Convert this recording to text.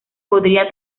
podría